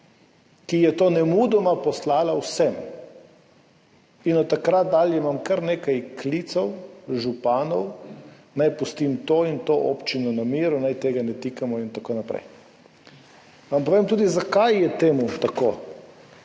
ki je to nemudoma poslala vsem in od takrat dalje imam kar nekaj klicev županov, naj pustim to in to občino na miru, naj tega ne tikamo in tako naprej. Vam povem tudi, zakaj je temu tako.